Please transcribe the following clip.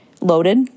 loaded